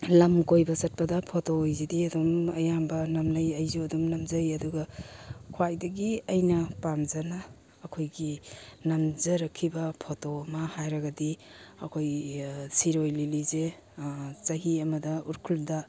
ꯂꯝ ꯀꯣꯏꯕ ꯆꯠꯄꯗ ꯐꯣꯇꯣ ꯍꯥꯏꯁꯤꯗꯤ ꯑꯗꯨꯝ ꯑꯌꯥꯝꯕ ꯅꯝꯅꯩ ꯑꯩꯁꯨ ꯑꯗꯨꯝ ꯅꯝꯖꯩ ꯑꯗꯨꯒ ꯈ꯭ꯋꯥꯏꯗꯒꯤ ꯑꯩꯅ ꯄꯥꯝꯖꯅ ꯑꯩꯈꯣꯏꯒꯤ ꯅꯝꯖꯔꯛꯈꯤꯕ ꯐꯣꯇꯣ ꯑꯃ ꯍꯥꯏꯔꯒꯗꯤ ꯑꯩꯈꯣꯏ ꯁꯤꯔꯣꯏ ꯂꯤꯂꯤꯁꯦ ꯆꯍꯤ ꯑꯃꯗ ꯎꯔꯈꯨꯜꯗ